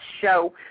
show